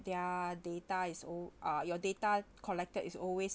their data is al~ uh your data collected is always